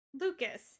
Lucas